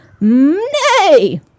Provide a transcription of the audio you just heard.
Nay